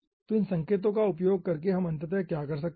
तो इन संकेतों का उपयोग करके हम अंततः क्या कर सकते हैं